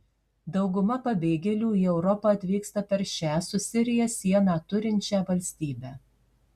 dauguma pabėgėlių į europą atvyksta per šią su sirija sieną turinčią valstybę